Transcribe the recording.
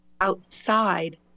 outside